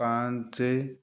ପାଞ୍ଚେ